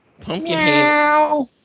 Pumpkinhead